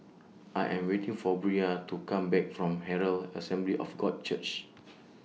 I Am waiting For Bria to Come Back from Herald Assembly of God Church